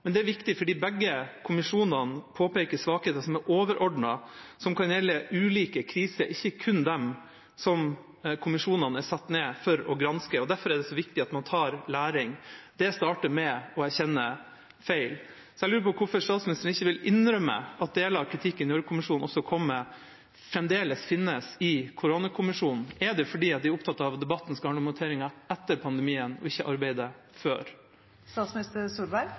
men det er viktig fordi begge kommisjonene påpeker svakheter som er overordnede, og som kan gjelde ulike kriser, ikke kun dem som kommisjonene er satt ned for å granske. Derfor er det så viktig at man tar læring. Det starter med å erkjenne feil. Jeg lurer på hvorfor ikke statsministeren vil innrømme at deler av kritikken Gjørv-kommisjonen også kom med, fremdeles finnes i punktene fra koronakommisjonen. Er det fordi man er opptatt av at debatten skal handle om håndteringen etter pandemien og ikke arbeidet